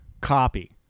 copy